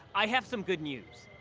i have some good news.